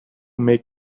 make